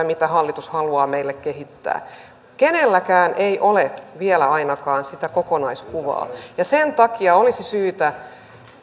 mitä hallitus haluaa meille kehittää kenelläkään ei ole vielä ainakaan sitä kokonaiskuvaa ja sen takia olisi syytä